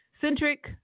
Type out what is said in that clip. Centric